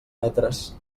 metres